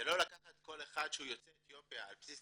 זה לא לקחת כל אחד שהוא יוצא אתיופיה על בסיס